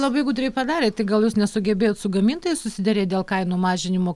labai gudriai padarėt tik gal jūs nesugebėjot su gamintojais susiderėt dėl kainų mažinimo